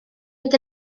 fynd